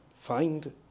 find